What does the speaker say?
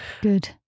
good